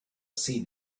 seen